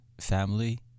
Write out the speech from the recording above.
family